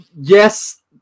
Yes